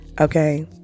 okay